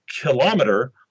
kilometer